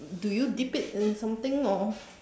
do you dip it in something or